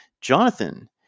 Jonathan